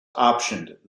optioned